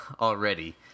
already